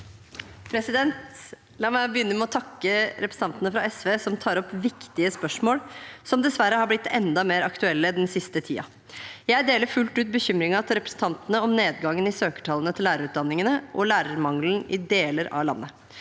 La meg begynne med å takke representantene fra SV, som tar opp viktige spørsmål som dessverre har blitt enda mer aktuelle den siste tiden. Jeg deler fullt ut bekymringen til representantene om nedgangen i søkertallene til lærerutdanningene og lærermangelen i deler av landet.